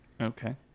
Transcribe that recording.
Okay